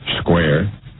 square